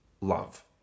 Love